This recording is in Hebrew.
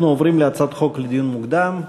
אנחנו עוברים להצעות חוק לדיון מוקדם,